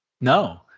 No